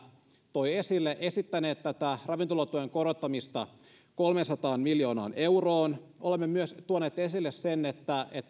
toi esille esittäneet tätä ravintolatuen korottamista kolmeensataan miljoonaan euroon olemme myös tuoneet esille sen että